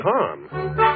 harm